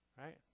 Right